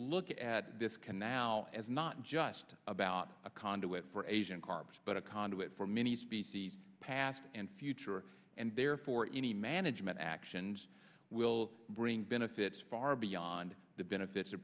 look at this can now as not just about a conduit for asian carp but a conduit for many species past and future and therefore any management actions will bring benefits far beyond the benefits